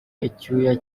icyuya